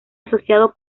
asociado